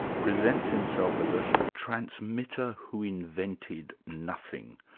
presents himself as a transmitter who invented nothing.